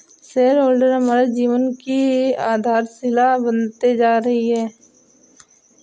share holder हमारे जीवन की आधारशिला बनते जा रही है